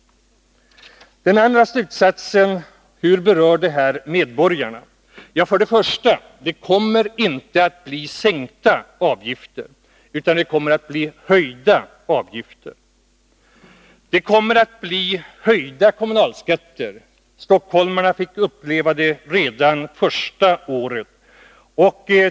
Den andra slutsatsen jag vill dra är frågan: Hur berör detta medborgarna? Först och främst kommer det inte att bli sänkta avgifter utan ökade avgifter. Det kommer också att bli höjda kommunalskatter. Stockholmarna och en del andra fick uppleva detta redan första året.